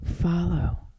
Follow